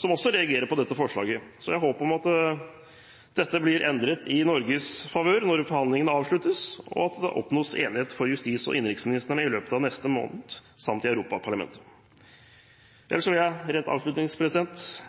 som også reagerer på dette forslaget. Så jeg har et håp om at dette blir endret i Norges favør når forhandlingene avsluttes, og at det oppnås enighet blant justis- og innenriksministrene i løpet av neste måned, samt i Europaparlamentet. Ellers vil jeg